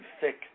thick